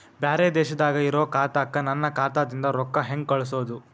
ಬ್ಯಾರೆ ದೇಶದಾಗ ಇರೋ ಖಾತಾಕ್ಕ ನನ್ನ ಖಾತಾದಿಂದ ರೊಕ್ಕ ಹೆಂಗ್ ಕಳಸೋದು?